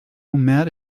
mad